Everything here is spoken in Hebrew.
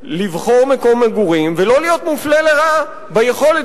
לבחור מקום מגורים ולא להיות מופלה לרעה ביכולת